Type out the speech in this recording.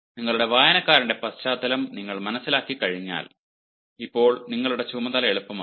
നിങ്ങളുടെ വായനക്കാരന്റെ പശ്ചാത്തലം നിങ്ങൾ മനസ്സിലാക്കി കഴിഞ്ഞാൽ അപ്പോൾ നിങ്ങളുടെ ചുമതല എളുപ്പമാകും